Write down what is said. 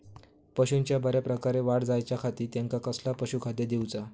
पशूंची बऱ्या प्रकारे वाढ जायच्या खाती त्यांका कसला पशुखाद्य दिऊचा?